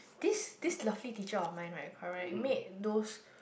this this lovely teacher of mine right correct made those